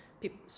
people